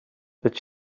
that